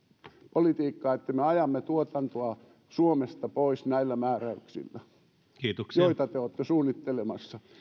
politiikkaa että me ajamme tuotantoa suomesta pois näillä määräyksillä joita te olette suunnittelemassa